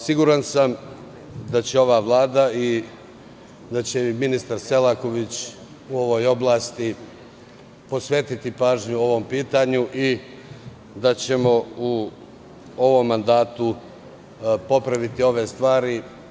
Siguran sam da će ova vlada i da će ministar Selaković u ovoj oblasti posvetiti pažnju ovom pitanju i da ćemo u ovom mandatu popraviti ove stvari.